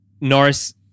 Norris